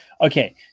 Okay